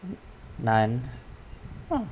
naan ah